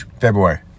February